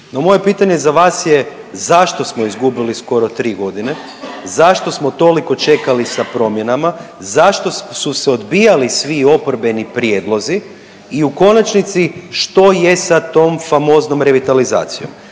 moje pitanje za vas je, zašto smo izgubili skoro 3.g., zašto smo toliko čekali sa promjenama, zašto su se odbijali svi oporbeni prijedlozi i u konačnici što je sa tom famoznom revitalizacijom?